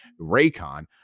Raycon